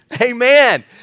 Amen